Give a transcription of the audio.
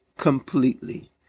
completely